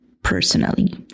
personally